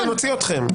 אתם רוצים שנוציא אתכם.